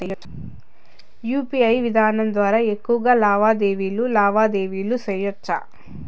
UPI విధానం ద్వారా ఎక్కువగా లావాదేవీలు లావాదేవీలు సేయొచ్చా?